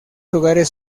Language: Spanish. hogares